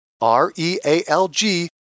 R-E-A-L-G